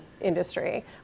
industry